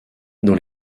dans